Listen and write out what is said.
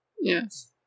Yes